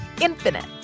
infinite